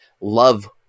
love